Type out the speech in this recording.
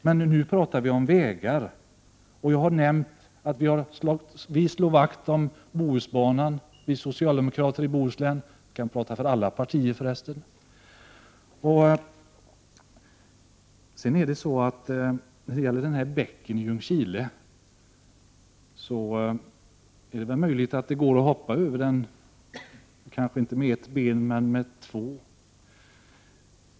Men nu talar vi om vägar, och jag har nämnt att vi socialdemokra ter i Bohuslän — jag kan förresten i den här frågan tala för alla partier — slår Prot. 1988/89:107 vakt om Bohusbanan. 2 maj 1989 När det gäller bäcken i Ljungskile är det kanske möjligt att man kan hoppa över den om inte på ett ben så kanske på två.